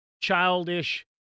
childish